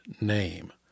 name